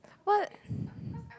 what